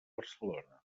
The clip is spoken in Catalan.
barcelona